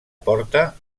porta